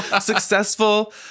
successful